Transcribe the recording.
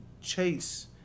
Chase